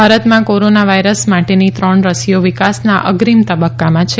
ભારતમાં corona virus માટેની ત્રણ રસીઓ વિકાસના અગ્રીમ તબક્કામાં છે